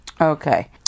Okay